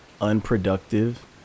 unproductive